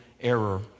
error